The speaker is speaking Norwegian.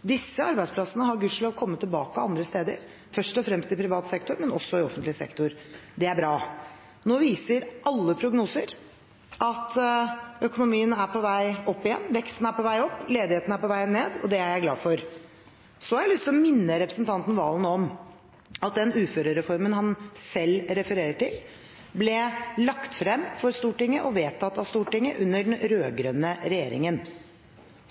Disse arbeidsplassene har gudskjelov kommet tilbake andre steder – først og fremst i privat sektor, men også i offentlig sektor. Det er bra. Nå viser alle prognoser at økonomien er på vei opp igjen: veksten er på vei opp, ledigheten er på vei ned. Det er jeg glad for. Så har jeg lyst å minne representanten Serigstad Valen om at den uførereformen han selv refererte til, ble lagt frem for Stortinget og vedtatt av Stortinget under den rød-grønne regjeringen.